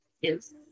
Yes